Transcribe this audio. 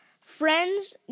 friends